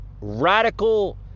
radical